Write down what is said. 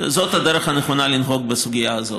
זאת הדרך הנכונה לנהוג בסוגיה הזאת.